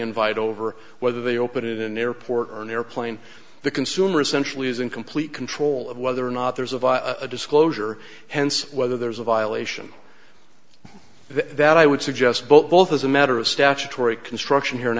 invite over whether they open in an airport or an airplane the consumer essentially is in complete control of whether or not there's a disclosure hence whether there's a violation that i would suggest both as a matter of statutory construction here an